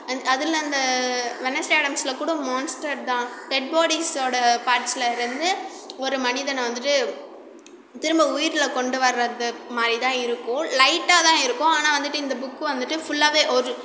அந் அதில் அந்த வெட்னஸ்டே ஆடம்ஸில் கூட மான்ஸ்டர் தான் டெட் பாடிஸோட பாட்ஸில் இருந்து ஒரு மனிதன வந்துவிட்டு திரும்ப உயிரில் கொண்டு வர்றது மாதிரி தான் இருக்கும் லைட்டாக தான் இருக்கும் ஆனால் வந்துவிட்டு இந்த புக் வந்துவிட்டு ஃபுல்லாகவே ஒரு